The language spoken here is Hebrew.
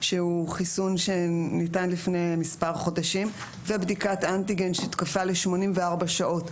שהוא חיסון שניתן לפני מספר חודשים ובדיקת אנטיגן שתקפה ל84 שעות,